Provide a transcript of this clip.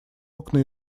окна